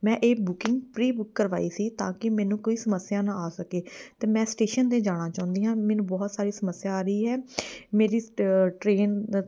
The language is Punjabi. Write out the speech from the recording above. ਮੈਂ ਇਹ ਬੁਕਿੰਗ ਪ੍ਰੀ ਬੁੱਕ ਕਰਵਾਈ ਸੀ ਤਾਂ ਕਿ ਮੇਨੂੰ ਕੋਈ ਸਮੱਸਿਆ ਨਾ ਆ ਸਕੇ ਅਤੇ ਮੈਂ ਸਟੇਸ਼ਨ 'ਤੇ ਜਾਣਾ ਚਾਹੁੰਦੀ ਹਾਂ ਮੈਨੂੰ ਬਹੁਤ ਸਾਰੀ ਸਮੱਸਿਆ ਆ ਰਹੀ ਹੈ ਮੇਰੀ ਟਰੇਨ